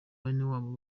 benewabo